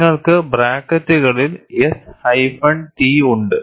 നിങ്ങൾക്ക് ബ്രാക്കറ്റുകളിൽ S hyphen T ഉണ്ട്